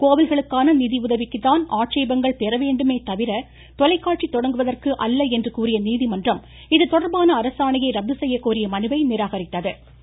கோவில்களுக்கான நிதிஉதவிக்குத்தான் ஆட்சேபங்கள் பெற வேண்டுமே தவிர தொலைக்காட்சி தொடங்குவதற்கு அல்ல என்று கூறிய நீதிமன்றம் இது தொடர்பான அரசாணையை ரத்து செய்யக்கோரிய மனுவை ரத்து செய்து ஆணையிட்டது